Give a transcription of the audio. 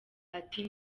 ati